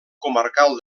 comarcal